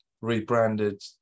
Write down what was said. rebranded